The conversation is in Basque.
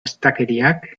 astakeriak